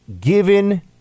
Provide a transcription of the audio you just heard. Given